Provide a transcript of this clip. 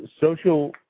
social